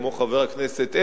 כמו חבר הכנסת אדרי,